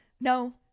No